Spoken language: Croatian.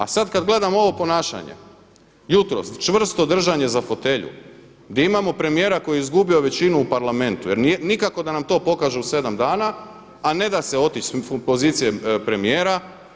A sada kada gledam ovo ponašanje, jutros, čvrsto držanje za fotelju, gdje imamo premijera koji je izgubio većinu u Parlamentu jer nikako da nam to pokaže u 7 dana a neda se otići s pozicije premijera.